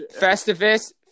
Festivus